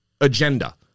agenda